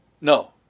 No